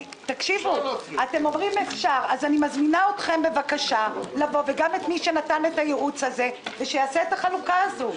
אני מזמינה אתכם לבוא ולעשות את החלוקה הזאת.